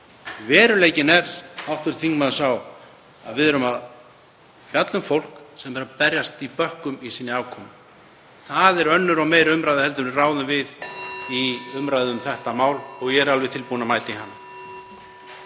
Veruleikinn er sá, hv. þingmaður, að við erum að fjalla um fólk sem er að berjast í bökkum með sína afkomu. Það er önnur og meiri umræðu heldur en við ráðum við í umræðu um þetta mál og ég er alveg tilbúinn að mæta í hana.